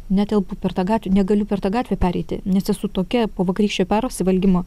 netelpu per tą gatvę negaliu per tą gatvę pereiti nes esu tokia po vakarykščio persivalgymo